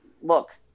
look